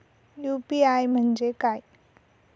UPI म्हणजे काय?